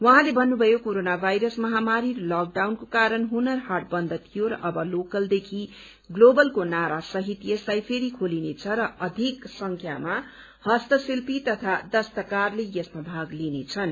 उहाँले भन्नुमयो corona virus महामारी र लकडाउनको कारण हुनर हाट बन्द थियो अब लोकलदेखि ग्लोबलको नारा सहित यसलाई फेरि खोलिनेछ र अधिक संख्यामा हस्तशिल्पी तथा दस्तकारले यसमा भाग लिनेछन्